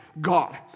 God